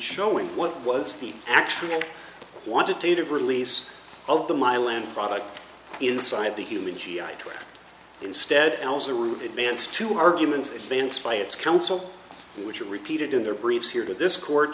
showing what was the actual quantitative release of the milan product inside the human g i tract instead dance to arguments dance by its counsel which are repeated in their briefs here to this court